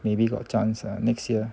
maybe got chance ah next year